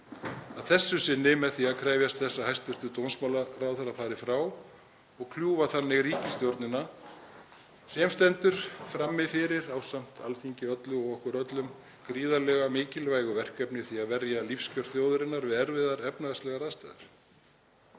að þessu sinni með því að krefjast þess að hæstv. dómsmálaráðherra fari frá og kljúfa þannig ríkisstjórnina sem stendur frammi fyrir, ásamt Alþingi öllu og okkur öllum, gríðarlega mikilvægu verkefni; því að verja lífskjör þjóðarinnar við erfiðar efnahagslegar aðstæður.